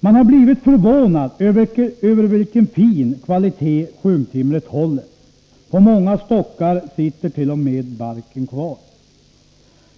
Man har blivit förvånad över vilken fin kvalitet sjunktimret håller. På många stockar sitter t.o.m. barken kvar.